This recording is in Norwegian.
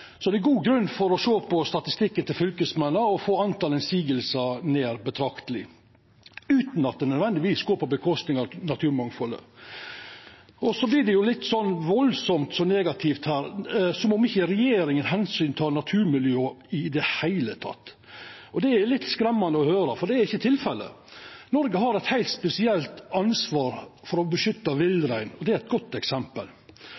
Det er god grunn til å sjå på statistikken til fylkesmennene og få talet på motsegner ned betrakteleg, utan at det nødvendigvis går på kostnad av naturmangfaldet. Det vert veldig negativt her, som om ikkje regjeringa tek omsyn til naturmiljøet i det heile. Det er litt skremmande å høyra, for det er ikkje tilfellet. Noreg har eit heilt spesielt ansvar for å beskytta